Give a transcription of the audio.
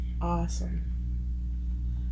awesome